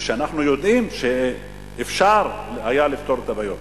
ואנחנו יודעים שאפשר היה לפתור את הבעיות.